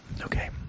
Okay